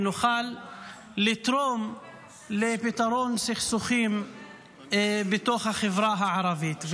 כדי שנוכל לתרום לפתרון סכסוכים בתוך החברה הערבית.